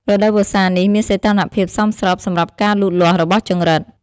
រដូវវស្សានេះមានសីតុណ្ហភាពសមស្របសម្រាប់ការលូតលាស់របស់ចង្រិត។